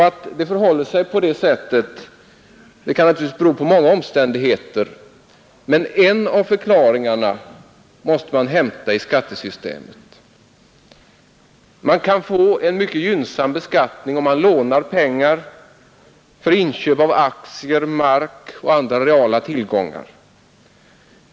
Att det förhåller sig så kan naturligtvis bero på många omständigheter, men en av förklaringarna måste man söka i skattesystemet. Man kan få en mycket gynnsam beskattning om man lånar pengar till inköp av aktier, mark och andra reala tillgångar.